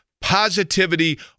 positivity